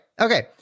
okay